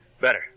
Better